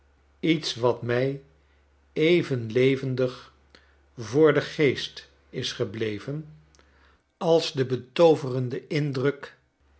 iets wat mij even levendig voor den geest is gebleven als de betooverende indruk